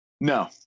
No